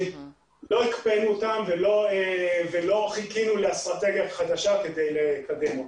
לא הקפאנו אותן ולא חיכינו לאסטרטגיה חדשה כדי לקדם אותן.